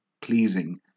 pleasing